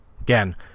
again